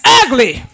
ugly